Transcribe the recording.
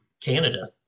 Canada